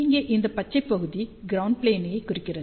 இங்கே இந்த பச்சை பகுதி க்ரௌண்ட் ப்ளேன் ஐக் குறிக்கிறது